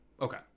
Okay